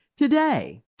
Today